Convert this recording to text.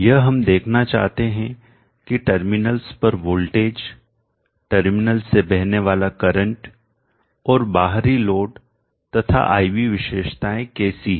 यह हम देखना चाहते है की टर्मिनल्स पर वोल्टेज टर्मिनल से बहने वाला करंट और बाहरी लोड तथा I V विशेषताएं कैसी है